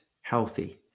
healthy